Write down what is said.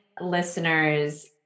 listeners